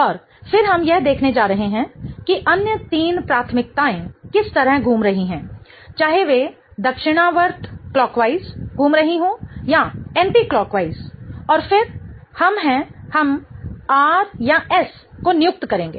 और फिर हम यह देखने जा रहे हैं कि अन्य तीन प्राथमिकताएं किस तरह घूम रही हैं चाहे वे दक्षिणावर्त क्लॉकवाइज घूम रही हों या एंटी क्लॉकवाइज और फिर हम हैं हम R या S को नियुक्त करेंगे